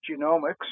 genomics